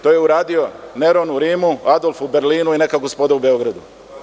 To je uradio Neron u Rimu, Adolf u Berlinu i neka gospoda u Beogradu.